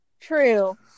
True